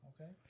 Okay